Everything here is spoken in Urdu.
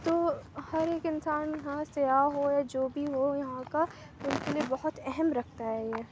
تو ہر ایک انسان یہاں سیاح ہو جو بھی ہو یہاں کا تو ان کے لیے بہت اہم رکھتا ہے یہ